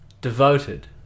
devoted